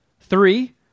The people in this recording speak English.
Three